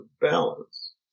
balance